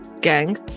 gang